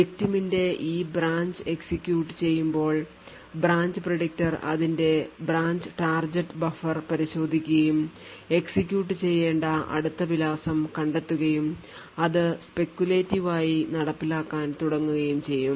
Victim ന്റെ ഈ branch execute ചെയ്യുമ്പോൾ ബ്രാഞ്ച് predictor അതിന്റെ ബ്രാഞ്ച് ടാർഗെറ്റ് ബഫർ പരിശോധിക്കുകയും എക്സിക്യൂട്ട് ചെയ്യേണ്ട അടുത്ത വിലാസം കണ്ടെത്തുകയും അത് speculative ആയി നടപ്പിലാക്കാൻ തുടങ്ങുകയും ചെയ്യും